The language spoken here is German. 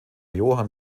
johann